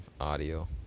audio